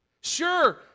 Sure